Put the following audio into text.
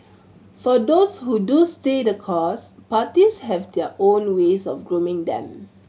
for those who do stay the course parties have their own ways of grooming them